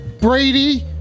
Brady